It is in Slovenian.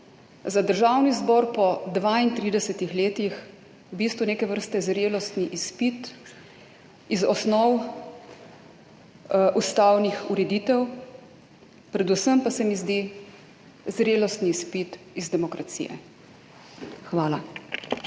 za Državni zbor po 32 letih v bistvu neke vrste zrelostni izpit iz osnov ustavnih ureditev, predvsem pa se mi zdi zrelostni izpit iz demokracije. Hvala.